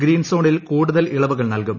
green സോണിൽ കൂടുതൽ ഇളവുകൾ നൽകും